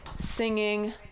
singing